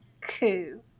coup